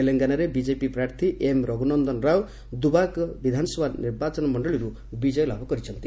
ତେଲଙ୍ଗାନାରେ ବିଜେପି ପ୍ରାର୍ଥୀ ଏମ୍ ରଘୁନନ୍ଦନ ରାଓ ଦୂବାକ୍ ବିଧାନସଭା ନିର୍ବାଚନ ମଣ୍ଡଳୀର୍ ବିଜୟୀ ଲାଭ କରିଚ୍ଛନ୍ତି